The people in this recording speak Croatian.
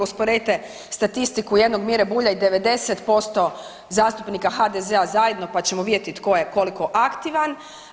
Usporedite statistiku jednom Mire Bulja i 90% zastupnika HDZ-a zajedno, pa ćemo vidjeti tko je koliko aktivan.